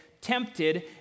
tempted